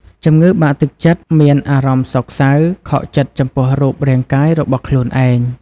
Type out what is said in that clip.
ជំងឺបាក់ទឹកចិត្តមានអារម្មណ៍សោកសៅ ខកចិត្តចំពោះរូបរាងកាយរបស់ខ្លួនឯង។